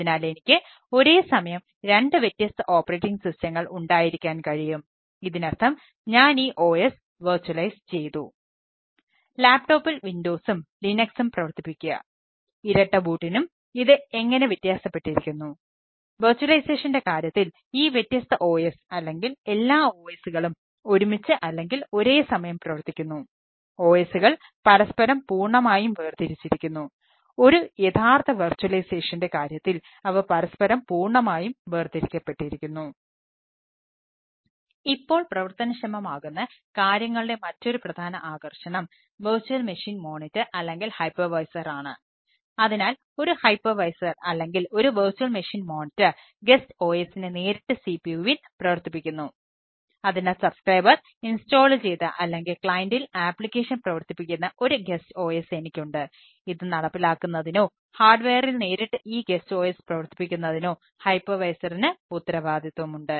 അതിനാൽ ലാപ്ടോപ്പിൽ കാര്യത്തിൽ അവ പരസ്പരം പൂർണ്ണമായും വേർതിരിക്കപ്പെട്ടിരിക്കുന്നു ഇപ്പോൾ പ്രവർത്തനക്ഷമമാകുന്ന കാര്യങ്ങളുടെ മറ്റൊരു പ്രധാന ആകർഷണം വെർച്വൽ മെഷീൻ മോണിറ്റർ ഉത്തരവാദിത്തമുണ്ട്